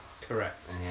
Correct